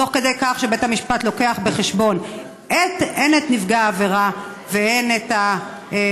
תוך כדי כך שבית המשפט מביא בחשבון הן את נפגע העבירה והן את העבריין,